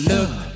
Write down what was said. Look